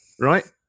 right